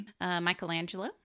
michelangelo